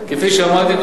כפי שאמרתי,